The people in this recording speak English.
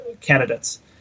candidates